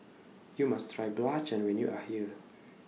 YOU must Try Belacan when YOU Are here